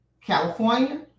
California